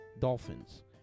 dolphins